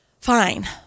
fine